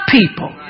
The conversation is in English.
people